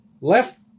Left